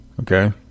Okay